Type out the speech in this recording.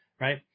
Right